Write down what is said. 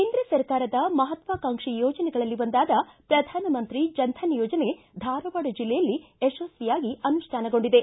ಕೇಂದ್ರ ಸರ್ಕಾರದ ಮಹತ್ವಾಕಾಂಕ್ಷಿ ಯೋಜನೆಗಳಲ್ಲಿ ಒಂದಾದ ಪ್ರಧಾನಮಂತ್ರಿ ಜನ್ ಧನ್ ಯೋಜನೆ ಧಾರವಾಡ ಜಿಲ್ಲೆಯಲ್ಲಿ ಯಶಸ್ವಿಯಾಗಿ ಅನುಷ್ಠಾನಗೊಂಡಿದೆ